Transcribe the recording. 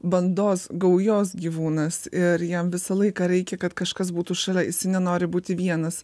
bandos gaujos gyvūnas ir jam visą laiką reikia kad kažkas būtų šalia jisai nenori būti vienas